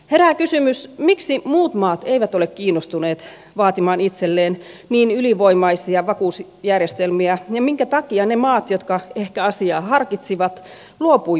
herää kysymys miksi muut maat eivät ole kiinnostuneet vaatimaan itselleen niin ylivoimaisia vakuusjärjestelmiä ja minkä takia ne maat jotka ehkä asiaa harkitsivat luopuivat vaateistaan